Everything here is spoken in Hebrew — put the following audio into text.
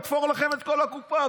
הוא יתפור לכם את כל הקופה,